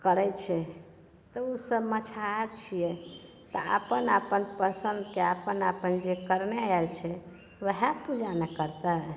करै छै तऽ ओसभ मछहा छिए तऽ अपन अपन पसन्दके अपन अपन जे करले आएल छै वएह पूजा ने करतै